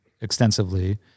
extensively